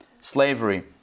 slavery